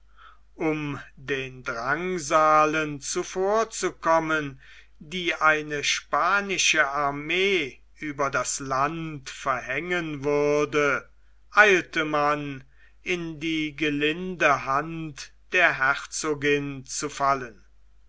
um den drangsalen zuvorzukommen die eine spanische armee über das land verhängen würde eilte man in die gelinde hand der herzogin zu fallen